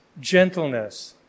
gentleness